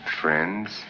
Friends